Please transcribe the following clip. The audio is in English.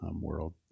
world